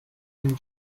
and